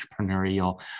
entrepreneurial